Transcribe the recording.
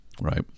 right